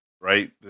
right